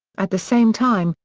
at the same time,